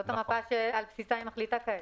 זאת המפה שעל בסיסה היא מחליטה כעת.